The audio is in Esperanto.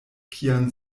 kian